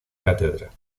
cátedra